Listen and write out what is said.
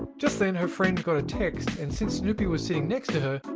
just then her friend got a text, and since snewpee was sitting next to her,